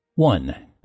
One